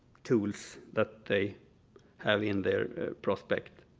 tools that they have in their prospect.